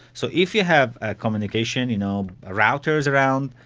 so if you have a communication, you know routers around,